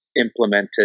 implemented